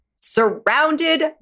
surrounded